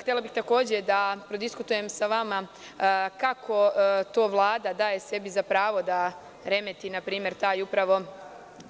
Htela bih takođe da prodiskutujem sa vama - kako to Vlada daje sebi za pravo da remeti na primer taj upravo